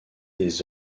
des